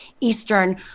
Eastern